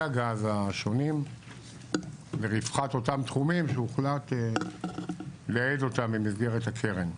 הגז השונים ובפרט אותם תחומים שהוחלט לייעד אותם במסגרת הקרן.